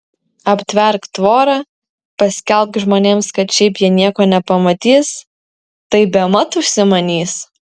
aptverk tvora paskelbk žmonėms kad šiaip jie nieko nepamatys tai bemat užsimanys